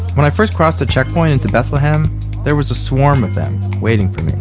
when i first crossed the checkpoint into bethlehem there was a swarm of them waiting for